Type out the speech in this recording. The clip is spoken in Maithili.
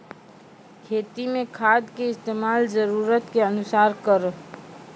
खेती मे खाद के इस्तेमाल जरूरत के अनुसार करऽ